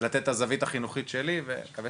ולתת את הזווית החינוכית שלי ואני מקווה